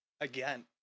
again